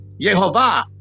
Yehovah